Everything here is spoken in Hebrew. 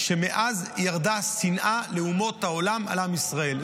שמאז ירדה שנאה לאומות העולם על עם ישראל.